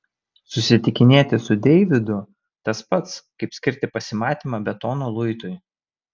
susitikinėti su deividu tas pats kaip skirti pasimatymą betono luitui